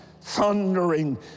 thundering